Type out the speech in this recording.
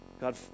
God